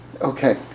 Okay